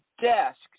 desks